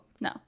no